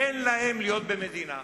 תן להם להיות במדינה,